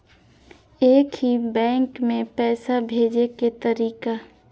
एक ही बैंक मे पैसा भेजे के तरीका?